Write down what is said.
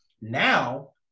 now